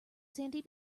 sandy